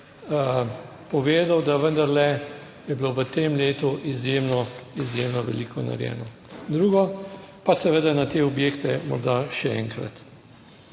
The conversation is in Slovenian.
povedal, da vendarle je bilo v tem letu izjemno, izjemno veliko narejeno, drugo pa seveda na te objekte, morda še enkrat,